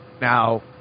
Now